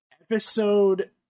episode